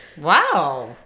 Wow